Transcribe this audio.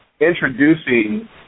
introducing